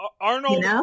Arnold